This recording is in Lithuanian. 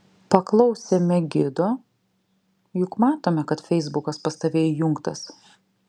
paklausėme gido juk matome kad feisbukas pas tave įjungtas